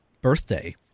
birthday